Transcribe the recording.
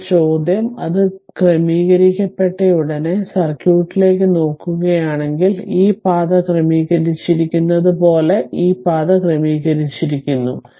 ഇപ്പോൾ ചോദ്യം അത് ക്രമീകരിക്കപ്പെട്ടയുടനെ സർക്യൂട്ടിലേക്ക് നോക്കുകയാണെങ്കിൽ ഈ പാത ക്രമീകരിച്ചിരിക്കുന്നത് പോലെ ഈ പാത ക്രമീകരിച്ചിരിക്കുന്നു